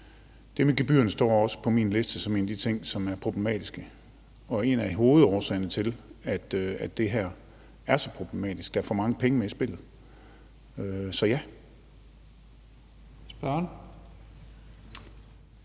Det med gebyrerne står også på min liste som en af de ting, som er problematiske, og en af hovedårsagerne til, at det her er så problematisk. Der er for mange penge med i spillet. Så ja.